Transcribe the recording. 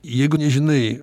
jeigu nežinai